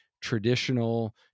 traditional